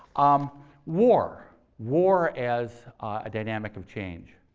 um war war as a dynamic of change.